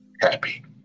happy